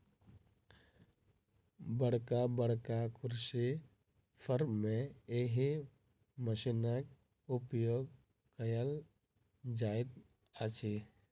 बड़का बड़का कृषि फार्म मे एहि मशीनक उपयोग कयल जाइत अछि